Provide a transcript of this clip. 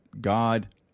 God